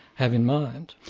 have in mind.